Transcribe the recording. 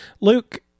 Luke